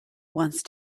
once